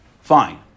Fine